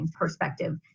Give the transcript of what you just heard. perspective